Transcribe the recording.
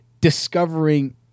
discovering